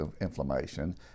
inflammation